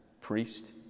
priest